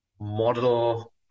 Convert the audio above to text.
model